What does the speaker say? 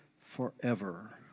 forever